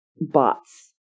bots